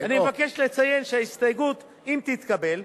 אני מבקש לציין שההסתייגות, אם תתקבל,